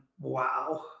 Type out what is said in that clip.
wow